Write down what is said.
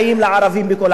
לערבים בכל העולם,